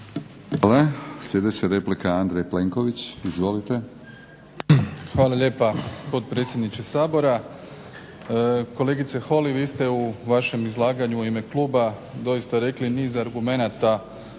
Hvala. Sljedeća replika, Andrej Plenković. Izvolite. **Plenković, Andrej (HDZ)** Hvala lijepa potpredsjedniče Sabora. Kolegice Holy vi ste u vašem izlaganju u ime kluba doista rekli niz argumenata